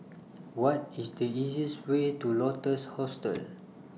What IS The easiest Way to Lotus Hostel